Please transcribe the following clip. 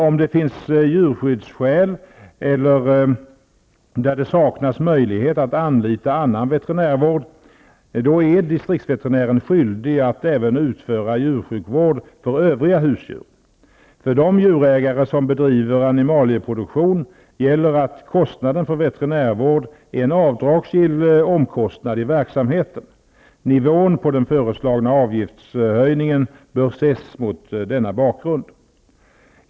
Om det finns djurskyddsskäl eller där det saknas möjlighet att anlita annan veterinärvård, är distriktsveterinären skyldig att även utöva djursjukvård för övriga husdjur. För de djurägare som bedriver animalieproduktion gäller att kostnader för veterinärvård är en avdragsgill omkostnad i verksamheten. Nivån på den föreslagna avgiftshöjningen bör ses även mot denna bakgrund.